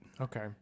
Okay